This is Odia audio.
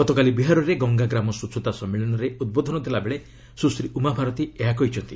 ଗତକାଲି ବିହାରରେ ଗଙ୍ଗା ଗ୍ରାମ ସ୍ୱଚ୍ଛତା ସମ୍ମେଳନରେ ଉଦ୍ବୋଧନ ଦେଲାବେଳେ ସ୍ବଶ୍ରୀ ଉମା ଭାରତୀ ଏହା କହିଛନ୍ତି